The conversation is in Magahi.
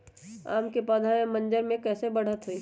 आम क पौधा म मजर म कैसे बढ़त होई?